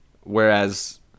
whereas